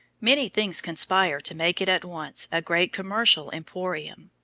many things conspired to make it at once a great commercial emporium.